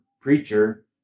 preacher